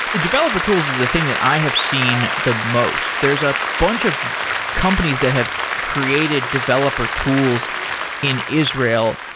developer tools is a thing that i have seen the most. there's a bunch of companies that have created developer tools in israel.